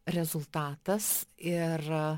rezultatas ir